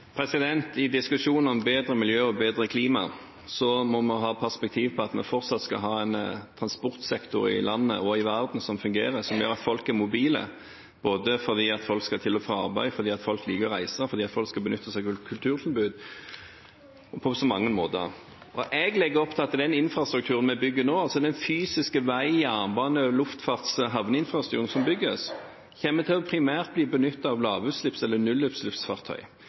I diskusjonen om bedre miljø og bedre klima må vi ha fokus på at vi fortsatt skal ha en transportsektor i landet og i verden som fungerer, som gjør at folk er mobile, fordi folk skal til og fra arbeidet, fordi folk liker å reise og fordi folk skal benytte seg av kulturtilbud – på så mange måter. Jeg legger opp til at den infrastrukturen vi bygger nå, altså den fysiske vei-, bane-, luftfarts- og havneinfrastrukturen som bygges, primært kommer til å bli benyttet av lavsutslipps- eller nullutslippsfartøy.